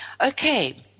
Okay